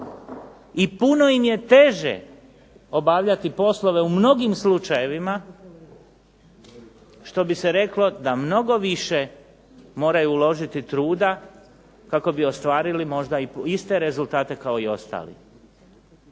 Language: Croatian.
I puno im je teže obavljati poslove u mnogim slučajevima, što bi se reklo da mnogo više moraju uložiti truda kako bi ostvarili možda iste rezultate kao i ostali.